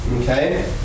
Okay